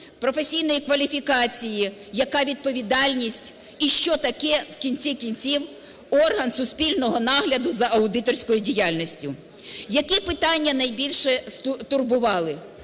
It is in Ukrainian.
професійної кваліфікації, яка відповідальність і що таке в кінці кінців орган суспільного нагляду за аудиторською діяльністю. Які питання найбільше турбували?